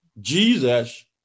Jesus